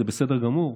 זה בסדר גמור,